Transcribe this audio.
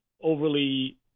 overly